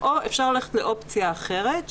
או אפשר ללכת לאופציה אחרת,